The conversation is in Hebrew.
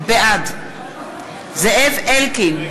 בעד זאב אלקין,